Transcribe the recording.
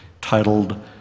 titled